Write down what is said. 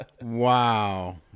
Wow